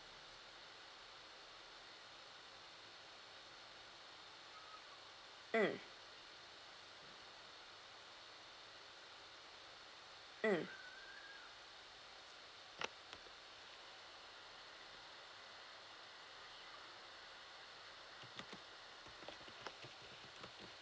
mm mm